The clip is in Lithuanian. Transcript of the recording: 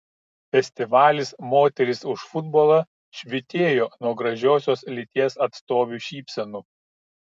festivalis moterys už futbolą švytėjo nuo gražiosios lyties atstovių šypsenų